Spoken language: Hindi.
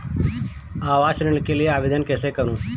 आवास ऋण के लिए आवेदन कैसे करुँ?